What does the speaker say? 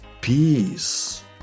peace